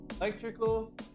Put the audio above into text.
Electrical